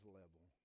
level